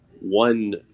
one